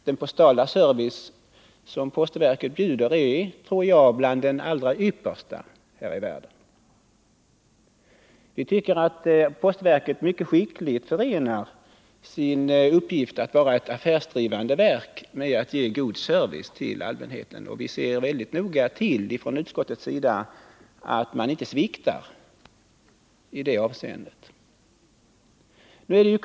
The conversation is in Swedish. Den service som postverket bjuder hör, tror jag, till den yppersta i världen. Vi tycker att postverket mycket skickligt förenar uppgiften att vara ett affärsdrivande verk med uppgiften att ge god service till allmänheten, och vi ser från utskottets sida noga till att man inte sviktar i det avseendet.